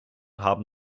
haben